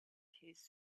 his